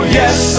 yes